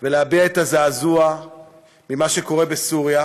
ולהביע את הזעזוע ממה שקורה בסוריה.